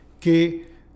que